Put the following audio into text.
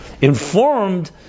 informed